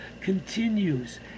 continues